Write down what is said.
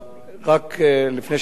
לפני שאני עונה,